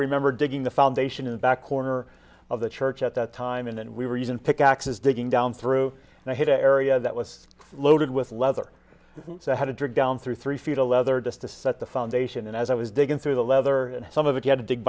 remember digging the foundation in the back corner of the church at that time and then we were using pick axes digging down through the hit area that was loaded with leather so i had to dig down through three feet a leather just to set the foundation and as i was digging through the leather and some of it you had to dig